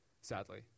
Sadly